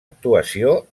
actuació